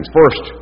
first